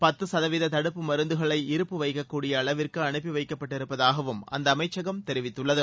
பத்து சதவீத தடுப்பு மருந்துகளை இருப்பு வைக்கக்கூடிய அளவிற்கு அனுப்பி வைக்கப்பட்டிருப்பதாகவும் அந்த அமைச்சகம் தெரிவித்துள்ளது